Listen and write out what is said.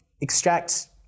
extract